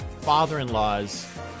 father-in-law's